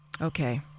Okay